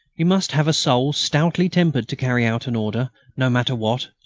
you must have a soul stoutly tempered to carry out an order no matter what,